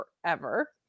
forever